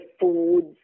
foods